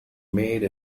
made